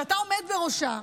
שאתה עומד בראשה,